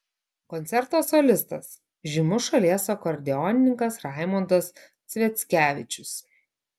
koncerto solistas žymus šalies akordeonininkas raimondas sviackevičius